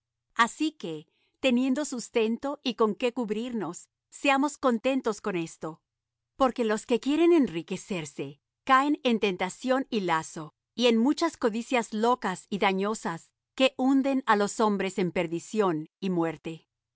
así que teniendo sustento y con qué cubrirnos seamos contentos con esto porque los que quieren enriquecerse caen en tentación y lazo y en muchas codicias locas y dañosas que hunden á los hombres en perdición y muerte